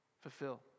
fulfill